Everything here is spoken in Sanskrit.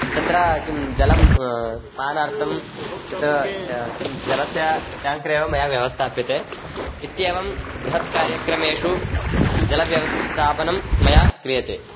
तत्र किं जलं पानार्थं तत् ट किं जलस्य टेङ्क्रेव मया व्यवस्थाप्यते इत्येवं बृहत् कार्यक्रमेषु जलव्यवस्थापनं मया क्रियते